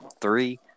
three